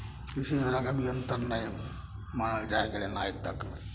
किसी तरहके भी अन्तर नहि मानल जाइ गेलै हन आइ तक